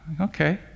Okay